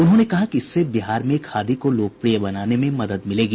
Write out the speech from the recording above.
उन्होंने कहा कि इससे बिहार में खादी को लोकप्रिय बनाने में मदद मिलेगी